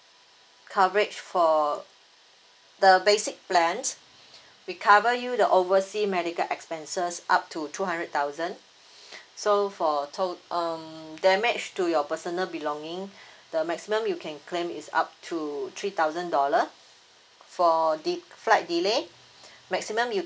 coverage for the basic plans we cover you the oversea medical expenses up to two hundred thousand so for tot~ um damage to your personal belonging the maximum you can claim is up to three thousand dollar for the flight delay maximum you